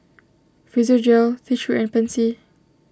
Physiogel T three and Pansy